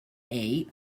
eat